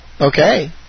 Okay